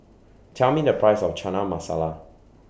Tell Me The Price of Chana Masala